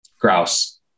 grouse